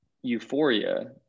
Euphoria